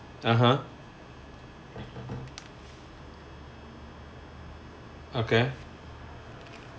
(uh huh) okay